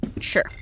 Sure